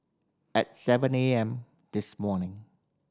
at seven A M this morning